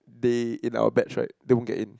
they in our batch right they won't get in